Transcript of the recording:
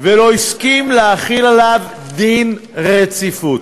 ולא הסכים להחיל עליו דין רציפות.